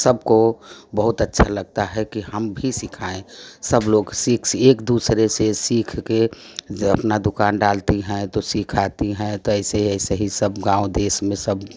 सब को बहुत अच्छा लगता है कि हम भी सिखाएँ सब लोग सीख एक दूसरे से सीख के अपना दुकान डालती हैं तो सिखाती हैं तो ऐसे ही ऐसे गाँव देश में सब